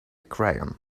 crayon